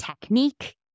technique